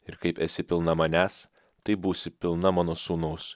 ir kaip esi pilna manęs taip būsi pilna mano sūnaus